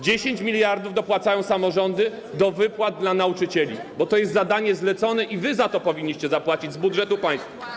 10 mld dopłacają samorządy do wypłat dla nauczycieli, bo to jest zadanie zlecone i wy za to powinniście zapłacić z budżetu państwa.